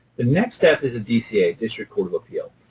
the next step is a dca, district court of appeal.